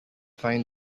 find